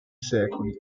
secoli